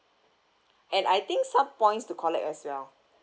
and I think some points to collect as well